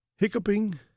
Hiccuping